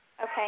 Okay